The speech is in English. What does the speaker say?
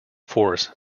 force